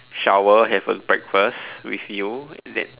shower have a breakfast with you then